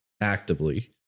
actively